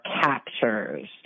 captures